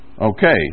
Okay